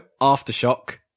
aftershock